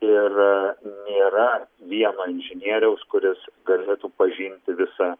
ir nėra vieno inžinieriaus kuris galėtų pažinti visą